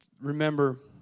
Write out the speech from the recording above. Remember